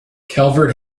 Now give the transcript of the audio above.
calvert